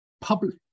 public